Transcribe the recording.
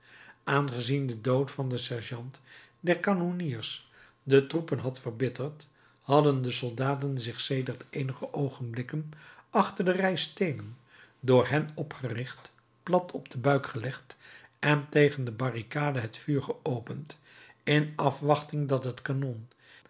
aangezien de dood van den sergeant der kanonniers de troepen had verbitterd hadden de soldaten zich sedert eenige oogenblikken achter de rij steenen door hen opgericht plat op den buik gelegd en tegen de barricade het vuur geopend in afwachting dat het kanon